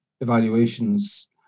evaluations